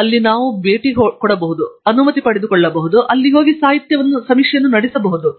ಅಲ್ಲಿ ನಾವು ಬಹುಶಃ ಭೇಟಿಗೆ ಹೋಗಬಹುದು ಅನುಮತಿ ಪಡೆದುಕೊಳ್ಳಬಹುದು ಮತ್ತು ಅಲ್ಲಿ ಸಾಹಿತ್ಯ ಸಾಹಿತ್ಯವನ್ನು ನಡೆಸಬಹುದು